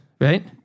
right